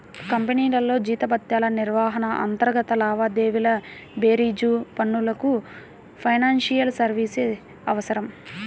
కంపెనీల్లో జీతభత్యాల నిర్వహణ, అంతర్గత లావాదేవీల బేరీజు పనులకు ఫైనాన్షియల్ సర్వీసెస్ అవసరం